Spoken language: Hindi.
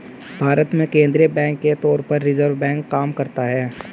भारत में केंद्रीय बैंक के तौर पर रिज़र्व बैंक काम करता है